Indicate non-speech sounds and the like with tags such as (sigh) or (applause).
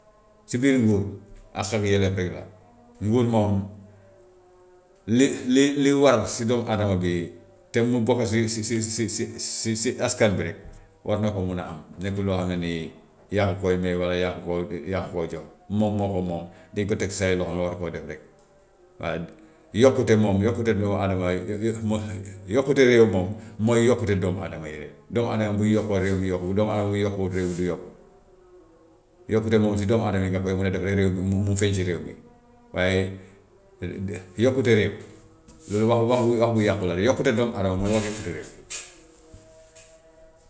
(noise) Si biir nguur àq ak yelleef rek la (noise) nguur moom (noise) li li li war si doomu adama bi te mu bokk si si si si si si askan bi rek war na ko mun a am, nekkul loo xam ne ni yaa ko ko may walla yaa ko koy yaa ko koy jox, moom moo ko moom, dañu ko teg say loxo nga war koo def rek. Waaye yokkute moom, yokkute doomu adama, yokkute réew moom mooy yokkute doomu adama yi rek. Doomu adama yi bu ñu yokkoo (noise) réew mi yokku, bu doomu adama bi yokkuwut (noise) réew mi du yokku. Yokkute moom si doomu adama yi nga koy mun a defee réew mi mu mu feeñ si réew mi, waaye yokkute réew (noise) loolu wax wax wax bu yàqu la rek, yokkute doomu adama moo (noise) waral yokkute réew. (noise)